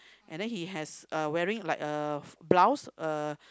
and then he has uh wearing like a blouse uh